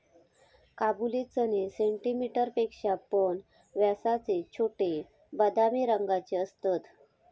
काबुली चणे सेंटीमीटर पेक्षा पण व्यासाचे छोटे, बदामी रंगाचे असतत